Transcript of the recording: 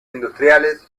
industriales